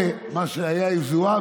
זה, מה שהיה עם זועבי,